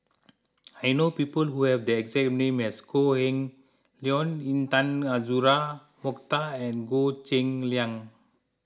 I know people who have the exact name as Kok Heng Leun Intan Azura Mokhtar and Goh Cheng Liang